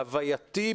בהווייתי,